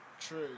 True